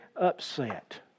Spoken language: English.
upset